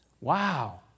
Wow